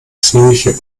ziemliche